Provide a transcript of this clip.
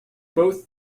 both